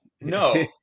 no